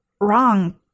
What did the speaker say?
wrong